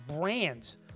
brands